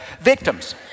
victims